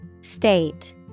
State